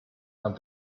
and